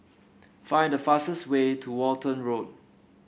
find the fastest way to Walton Road